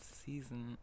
season